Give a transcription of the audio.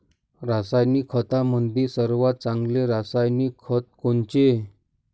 रासायनिक खतामंदी सर्वात चांगले रासायनिक खत कोनचे?